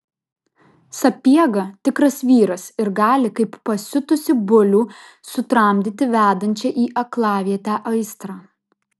sapiega tikras vyras ir gali kaip pasiutusį bulių sutramdyti vedančią į aklavietę aistrą